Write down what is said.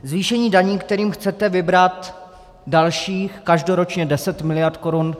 Zvýšení daní, kterým chcete vybrat dalších, každoročně 10 miliard korun.